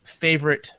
Favorite